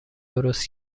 درست